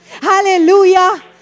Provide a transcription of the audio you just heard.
Hallelujah